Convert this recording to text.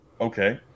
okay